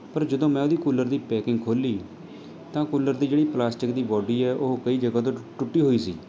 ਪਰ ਜਦੋਂ ਮੈਂ ਉਹਦੀ ਕੂਲਰ ਦੀ ਪੈਕਿੰਗ ਖੋਲ੍ਹੀ ਤਾਂ ਕੂਲਰ ਦੀ ਜਿਹੜੀ ਪਲਾਸਟਿਕ ਦੀ ਬੌਡੀ ਹੈ ਉਹ ਕਈ ਜਗ੍ਹਾ ਤੋਂ ਟੁੱਟੀ ਹੋਈ ਸੀ